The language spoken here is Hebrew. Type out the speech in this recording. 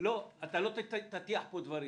לא תטיח פה דברים.